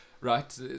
right